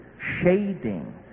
shading